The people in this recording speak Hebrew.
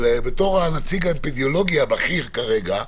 בתור הנציג האפידמיולוגי הבכיר כרגע,